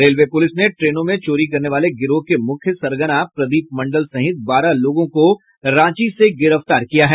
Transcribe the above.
railway police ने ट्रेनों में चोरी करने वाले गिरोह के मुख्य सरगना प्रदीप मंडल सहित बारह लोगों को रांची से गिरफ्तार किया है